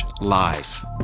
live